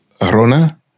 Rona